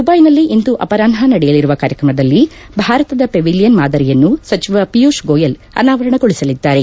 ಮಟ್ಟೆನಲ್ಲಿ ಇಂದು ಅಪರಾಷ್ನ ನಡೆಯಲಿರುವ ಕಾರ್ಯಕ್ರಮದಲ್ಲಿ ಭಾರತದ ಹೆವಿಲಿಯನ್ ಮಾದರಿಯನ್ನು ಸಚಿವ ಪಿಯೂಷ್ ಗೋಯಲ್ ಅನಾವರಣಗೊಳಿಸಲಿದ್ದಾರೆ